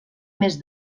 més